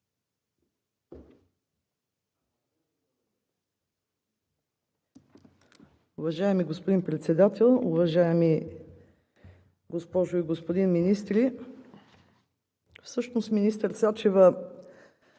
Уважаеми господин Председател, уважаеми госпожо и господин министри! Всъщност, министър Сачева,